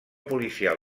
policial